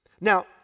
Now